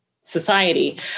society